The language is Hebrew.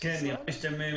יש לך משימה חשובה,